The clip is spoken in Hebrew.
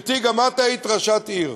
גברתי, גם את היית ראשת עיר,